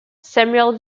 samuel